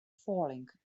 falling